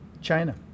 China